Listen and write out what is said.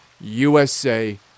USA